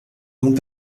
n’ont